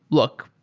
look,